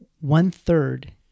one-third